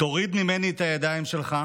"תוריד ממני את הידיים שלך.